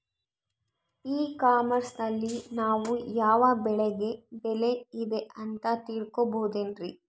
E commerce ನಲ್ಲಿ ನಾವು ಯಾವ ಬೆಳೆಗೆ ಬೆಲೆ ಇದೆ ಅಂತ ತಿಳ್ಕೋ ಬಹುದೇನ್ರಿ?